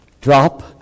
Drop